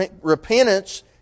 repentance